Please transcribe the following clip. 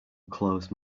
close